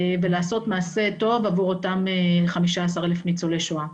ולעשות מעשה טוב עבור אותם חמישה עשר אלף ניצולי שואה.